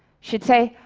she'd say,